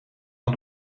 van